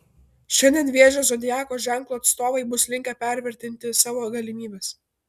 šiandien vėžio zodiako ženklo atstovai bus linkę pervertinti savo galimybes